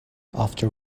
after